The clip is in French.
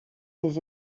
des